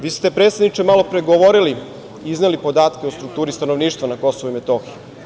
Vi ste, predsedniče, malopre govorili i izneli podatke o strukturi stanovništva na Kosovu i Metohiji.